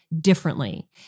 differently